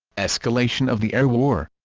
escalation of the air war